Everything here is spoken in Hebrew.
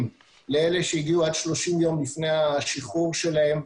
לאלה שהגיעו עד 30 יום לפני השחרור שלהם,